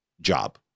job